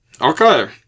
Okay